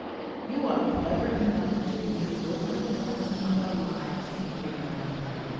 you are clever enough to be the good little woman of our lives here, my dear,